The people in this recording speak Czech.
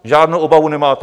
Žádnou obavu nemáte.